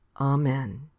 Amen